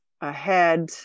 ahead